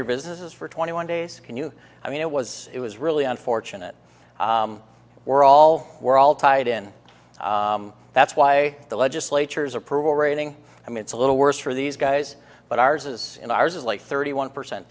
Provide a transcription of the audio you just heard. your businesses for twenty one days can you i mean it was it was really unfortunate we're all we're all tied in that's why the legislature's approval rating i mean it's a little worse for these guys but ours is in ours is like thirty one percent